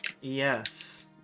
Yes